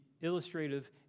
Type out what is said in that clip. illustrative